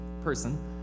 person